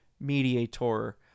mediator